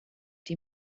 die